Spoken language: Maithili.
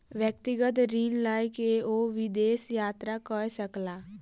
व्यक्तिगत ऋण लय के ओ विदेश यात्रा कय सकला